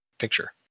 picture